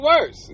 worse